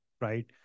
right